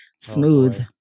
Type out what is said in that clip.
smooth